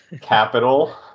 capital